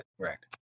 correct